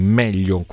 meglio